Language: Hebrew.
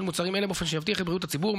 מוצרים אלה באופן שיבטיח את בריאות הציבור,